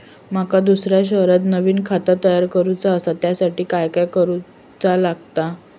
माका दुसऱ्या शहरात नवीन खाता तयार करूचा असा त्याच्यासाठी काय काय करू चा लागात?